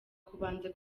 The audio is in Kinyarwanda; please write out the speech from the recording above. kubanza